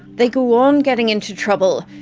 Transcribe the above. they go on getting into trouble,